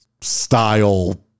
style